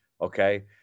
okay